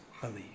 believe